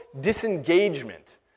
disengagement